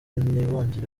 ntibongere